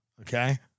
Okay